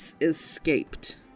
escaped